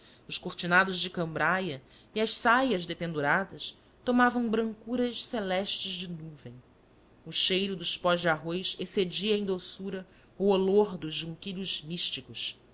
os cortinados de cambraia e as saias dependuradas tomavam brancuras celestes de nuvem o cheiro dos pós de arroz excedia em doçura o olor dos junquilhos místicos